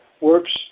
works